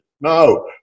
No